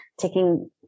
taking